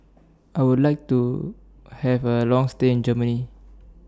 I Would like to Have A Long stay in Germany